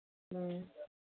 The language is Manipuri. ꯎꯝ